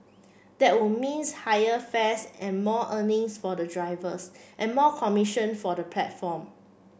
that would means higher fares and more earnings for the drivers and more commission for the platform